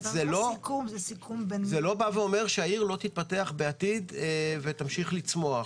זה לא אומר שהעיר לא תתפתח בעתיד ותמשיך לצמוח.